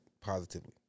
positively